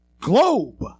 Globe